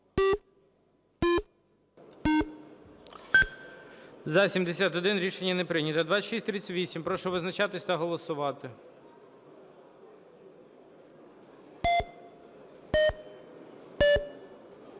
За-68 Рішення не прийнято. 2642. Прошу визначатись та голосувати.